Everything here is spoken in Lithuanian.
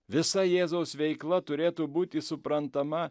visa jėzaus veikla turėtų būti suprantama